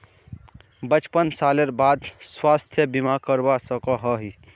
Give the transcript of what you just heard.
पचपन सालेर बाद स्वास्थ्य बीमा करवा सकोहो ही?